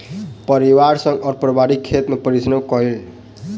परिवार संग ओ पारिवारिक खेत मे परिश्रम केलैन